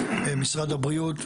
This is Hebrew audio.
משרד הבריאות,